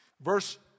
Verse